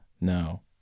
no